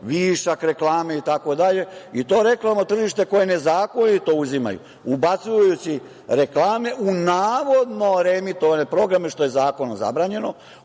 višak reklame itd, i to reklamno tržište koje nezakonito uzimaju, ubacujući reklame u navodno reemitovane programe, što je zakonom zabranjeno,